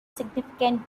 significant